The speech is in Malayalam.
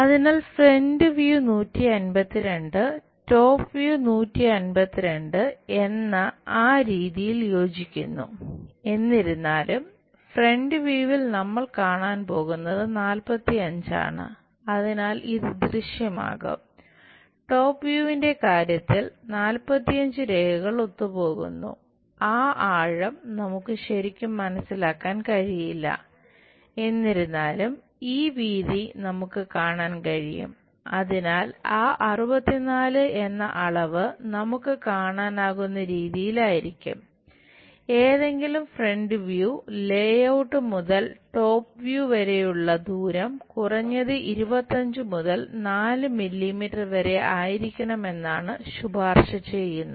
അതിനാൽ ഫ്രണ്ട് വ്യൂ വരെയുള്ള ദൂരം കുറഞ്ഞത് 25 മുതൽ 4 മില്ലീമീറ്റർ വരെ ആയിരിക്കണമെന്നാണ് ശുപാർശ ചെയ്യുന്നത്